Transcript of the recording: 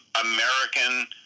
American